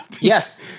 Yes